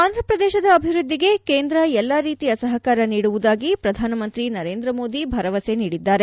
ಆಂಧ್ರ ಪ್ರದೇಶದ ಅಭಿವೃದ್ದಿಗೆ ಕೇಂದ್ರ ಎಲ್ಲ ರೀತಿಯ ಸಹಕಾರ ನೀಡುವುದಾಗಿ ಪ್ರಧಾನಮಂತ್ರಿ ನರೇಂದ್ರ ಮೋದಿ ಭರವಸೆ ನೀಡಿದ್ದಾರೆ